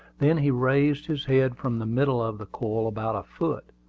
then he raised his head from the middle of the coil about a foot,